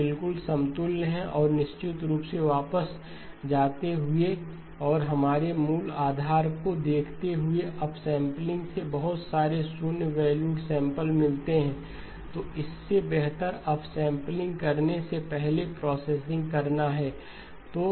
ये बिल्कुल समतुल्य हैं और निश्चित रूप से वापस जाते हुए और हमारे मूल आधार को देखते हुए अपसेंपलिंग से बहुत सारे शून्य वैल्यूड सैंपल्स मिलते है तो इससे बेहतर अपसेंपलिंग करने से पहले प्रोसेसिंग करना है